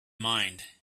mind